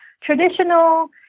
traditional